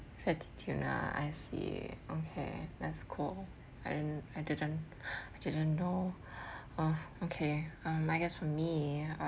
fatty tuna I see okay that's cool and I didn't I didn't know of okay um I guess for me uh